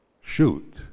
shoot